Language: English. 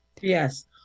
Yes